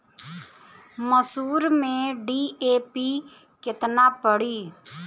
मसूर में डी.ए.पी केतना पड़ी?